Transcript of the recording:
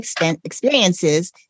experiences